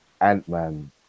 Ant-Man